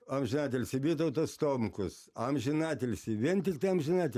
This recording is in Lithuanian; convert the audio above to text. amžinatilsį vytautas tomkus amžinatilsį vien tik amžinatil